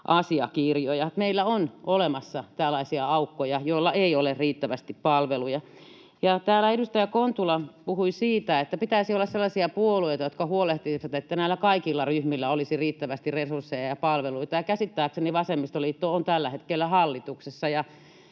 asiakirjoja. Meillä on olemassa tällaisia aukkoja, että ei ole riittävästi palveluja. Täällä edustaja Kontula puhui siitä, että pitäisi olla sellaisia puolueita, jotka huolehtisivat, että näillä kaikilla ryhmillä olisi riittävästi resursseja ja palveluita, ja käsittääkseni vasemmistoliitto on tällä hetkellä hallituksessa.